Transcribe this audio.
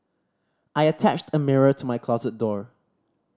I attached a mirror to my closet door